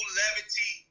levity